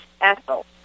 Ethel